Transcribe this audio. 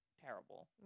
terrible